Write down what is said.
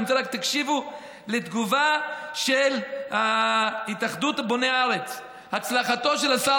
ואני רוצה רק שתקשיבו לתגובה של התאחדות בוני הארץ: הצלחתו של שר